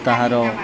ତାହାର